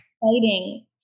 fighting